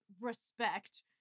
respect